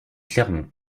clermont